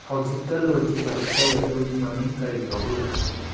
ꯍꯧꯖꯤꯛꯇ ꯂꯣꯏꯈꯤꯕ ꯏꯁꯩ ꯑꯗꯨꯒꯤ ꯃꯃꯤꯡ ꯀꯔꯤ ꯀꯧꯏ